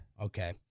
Okay